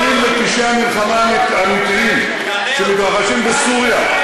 גינויים על פשעי המלחמה האמיתיים שמתרחשים בסוריה,